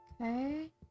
Okay